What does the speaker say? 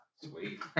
Sweet